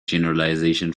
generalization